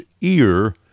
ear